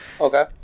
Okay